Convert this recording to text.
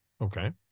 Okay